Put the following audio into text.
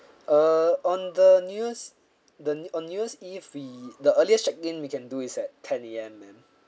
err on the new years the new on new year's eve we the earliest check in we can do is at ten A_M ma'am